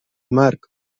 marc